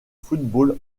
football